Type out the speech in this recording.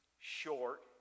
short